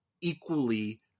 equally